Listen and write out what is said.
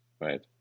right